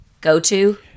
go-to